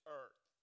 earth